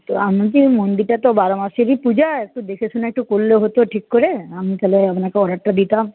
তো আমি কি মন্দিরটা তো বারো মাসেরই পূজা একটু দেখে শুনে একটু করলে হত ঠিক করে আমি তাহলে আপনাকে অর্ডারটা দিতাম